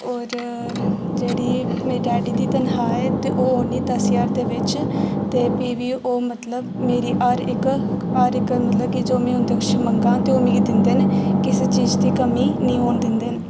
होर जेह्ड़ी मेरी डैडी दी तनखाह् ऐ ते ओह् औंदी दस ज्हार दे बिच्च ते फ्ही बी ओह् मतलब मेरी हर इक हर इक मतलब कि में जो उं'दे कशा मंगा ते ओह् मिगी दिंदे न किसे चीज़ दी कमी नेईं होन दिंदे न